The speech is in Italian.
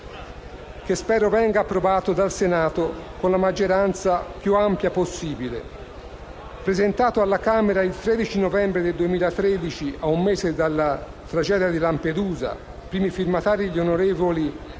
che spero venga approvato dal Senato con la maggioranza più ampia possibile. Presentato alla Camera il 13 novembre 2013, ad un mese dalla tragedia di Lampedusa, primo firmatario l'onorevole